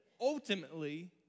ultimately